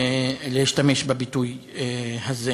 להשתמש בביטוי הזה